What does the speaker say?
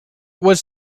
was